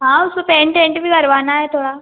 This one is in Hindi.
हाँ उसको पेन्ट वेन्ट भी करवाना है थोड़ा